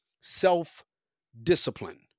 self-discipline